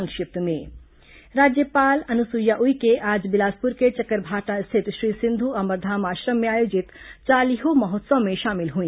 संक्षिप्त समाचार राज्यपाल अनुसुईया उइके आज बिलासपुर के चकरभाठा स्थित श्री सिंधु अमर धाम आश्रम में आयोजित चालीहो महोत्सव में शामिल हुई